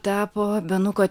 tapo benuko